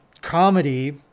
comedy